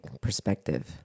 perspective